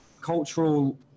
cultural